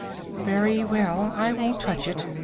very well, i won't touch it,